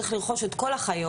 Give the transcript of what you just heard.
צריך לרכוש את כל החיות,